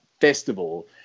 festival